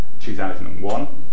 2001